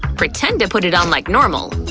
pretend to put it on like normal.